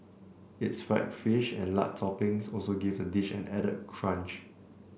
its fried fish and lard toppings also give the dish added crunch